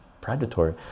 predatory